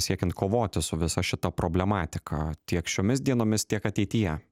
siekiant kovoti su visa šita problematika tiek šiomis dienomis tiek ateityje